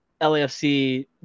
LAFC